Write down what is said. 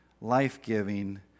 life-giving